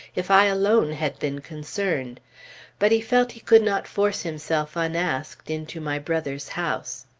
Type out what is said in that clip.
if i alone had been concerned but he felt he could not force himself unasked into my brother's house.